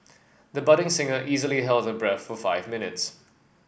the budding singer easily held her breath for five minutes